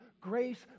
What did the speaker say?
Grace